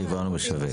יצרן, יבואן או משווק.